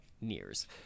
nears